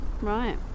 Right